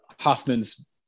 Hoffman's